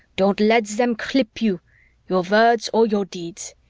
don't let them clip you your words or your deeds.